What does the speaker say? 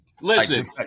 Listen